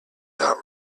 not